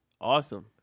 Awesome